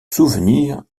souvenir